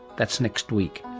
that's next week.